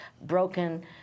broken